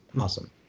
awesome